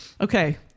Okay